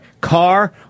car